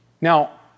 Now